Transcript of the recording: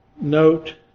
Note